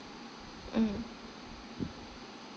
mm